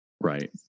Right